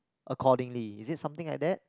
accordingly is it something like that